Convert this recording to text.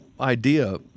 idea